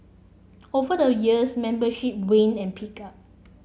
over the years membership waned and picked up